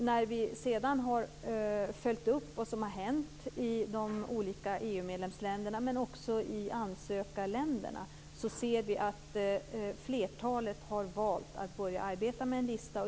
När vi sedan har följt upp vad som har hänt i de olika EU-medlemsländerna, men också i ansökarländerna, ser vi att flertalet har valt att börja arbeta med en lista.